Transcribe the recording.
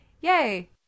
Yay